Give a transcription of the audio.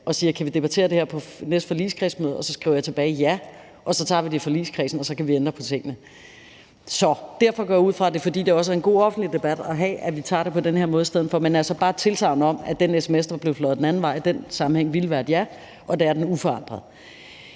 om vi kan debattere det her på næste forligskredsmøde, og at jeg skriver ja tilbage. Så tager vi det i forligskredsen, og så kan vi ændre på tingene. Derfor går jeg ud fra, at det er, fordi det også er en god offentlig debat at have, at vi tager det på den her måde i stedet for. Men altså, det er bare et tilsagn om, at den sms, der var blevet sendt den anden vej i den sammenhæng, ville have indeholdt et ja, og det vil den uforandret.